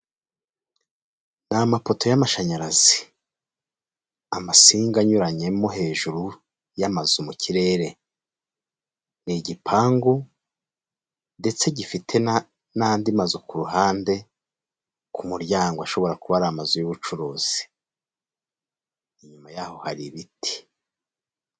Ni amapoto y'amashanyarazi. Amasinga anyuranyemo hejuru y'amazu, mu kirere. Ni igipangu, ndetse gifite n'andi mazu ku ruhande, ku muryango, ashobora kuba ari amazu y'ubucuruzi. Inyuma yaho hari ibiti.